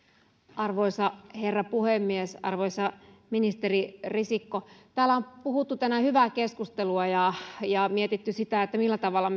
arvoisa herra puhemies arvoisa ministeri risikko täällä on puhuttu tänään hyvää keskustelua ja ja mietitty sitä millä tavalla